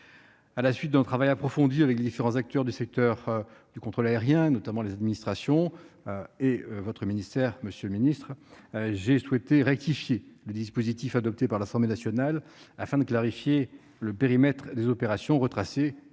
À la suite d'un travail approfondi avec les différents acteurs du secteur du contrôle aérien, notamment les administrations et votre ministère, monsieur le ministre, j'ai souhaité rectifier le dispositif adopté par l'Assemblée nationale afin de clarifier le périmètre des opérations retracées-